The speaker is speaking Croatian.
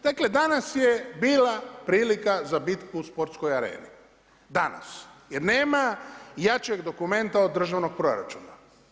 Dakle, danas je bila prilika za bitku u sportskoj areni, danas, jer nema jačeg dokumenta od državnog proračuna.